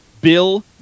Bill